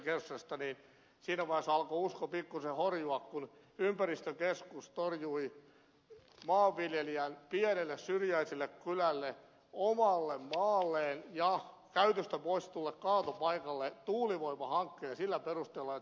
siinä vaiheessa alkoi usko pikkusen horjua kun ympäristökeskus torjui maanviljelijän pienelle syrjäiselle kylälle omalle maalleen ja käytöstä poistetulle kaatopaikalle aikoman tuulivoimahankkeen sillä perusteella että siinä on maisemahaitta